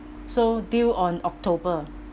so deal on october